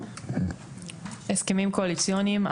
ההסכמים הקואליציוניים,